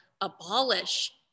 abolish